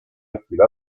dracula